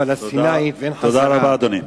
הפלסטינים, תודה רבה, אדוני.